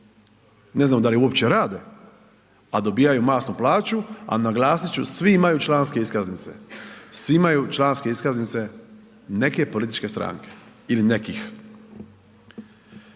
ne znamo da li uopće rade, a dobijaju masnu plaću, a naglasit ću svi imaju članske iskaznice, svi imaju članske iskaznice neke političke stranke ili nekih.